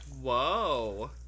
whoa